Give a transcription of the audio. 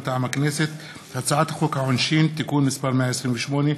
מטעם הכנסת: הצעת חוק העונשין (תיקון מס' 128)